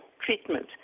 treatment